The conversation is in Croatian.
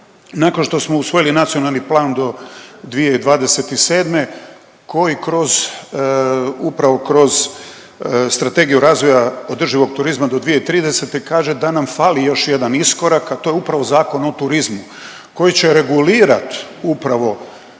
nakon što smo usvojili Nacionalni plan do 2027. koji kroz upravo kroz Strategiju razvoja održivog turizma do 2030. kaže da nam fali još jedan iskorak, a to je upravo Zakon o turizmu koji će regulirat upravo